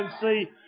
see